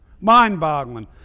Mind-boggling